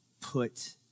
put